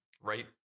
Right